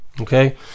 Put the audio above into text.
Okay